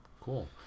cool